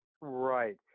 Right